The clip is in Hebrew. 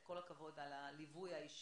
וכל הכבוד על הליווי האישי,